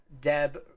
deb